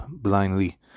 blindly